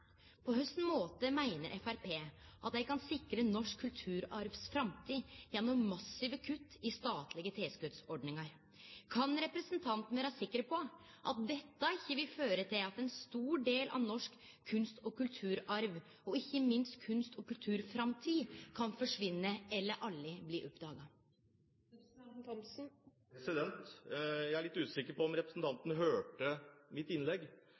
På hvilken måte mener Fremskrittspartiet at de kan sikre norsk kulturarvs framtid gjennom massive kutt i statlige tilskuddsordninger? Kan representanten være sikker på at dette ikke vil føre til at en stor del av norsk kunst- og kulturarv og ikke minst norsk kunst- og kulturframtid kan forsvinne eller aldri bli oppdaget? Jeg er litt usikker på om representanten hørte mitt innlegg.